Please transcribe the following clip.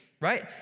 right